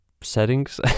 settings